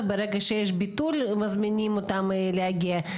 וברגע שיש ביטול מזמינים אותם להגיע.